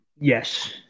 yes